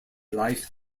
life